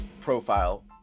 profile